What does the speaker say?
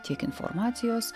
tiek informacijos